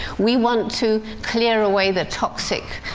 we want to clear away the toxic